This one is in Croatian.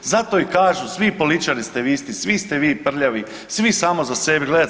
Zato i kažu svi političari ste vi isti, svi ste vi prljavi, svi samo za sebe gledate.